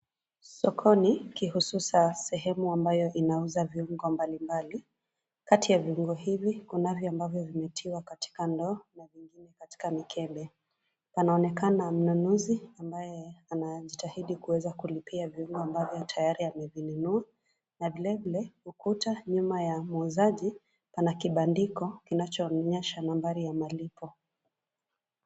Sokoni kihususa sehemu ambayo inauza viungo mbalimbali, kati ya viungo hivi kunavyo ambavyo vimetiwa katika ndoo na vingine katika mikebe, anaonekana mnunuzi ambaye anajitahidi kuweza kulipia viungo ambavyo tayari amevinunua na vilevile ukuta nyuma ya muuzaji pana kibandiko kinachoonyesha nambari ya malipo.